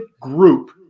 group